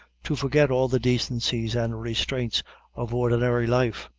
to forget all the decencies and restraints of ordinary life,